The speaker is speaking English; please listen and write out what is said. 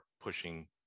pushing